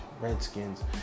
Redskins